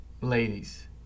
Ladies